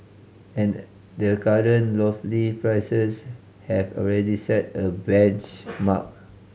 and the current lofty prices have already set a benchmark